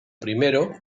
primero